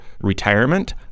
retirement